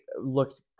looked